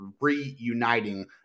reuniting